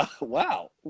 Wow